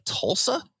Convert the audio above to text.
Tulsa